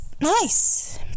nice